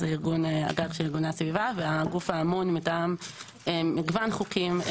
זה ארגון הגג של ארגוני הסביבה והגוף האמון מטעם מגוון חוקים,